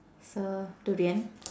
so durian